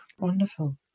Wonderful